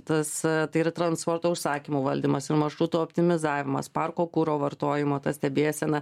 tas tai yra transporto užsakymų valdymas ir maršrutų optimizavimas parko kuro vartojimo stebėsena